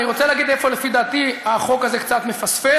אני רוצה להגיד איפה לפי דעתי החוק הזה קצת מפספס,